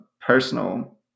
personal